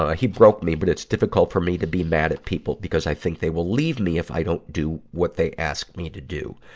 ah he broke me, but it's difficult for me to be mad at people, because i think they will leave me if i don't do what they ask me to do.